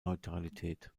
neutralität